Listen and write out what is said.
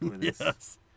Yes